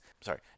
Sorry